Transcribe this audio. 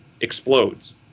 explodes